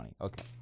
Okay